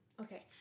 okay